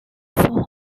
for